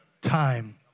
time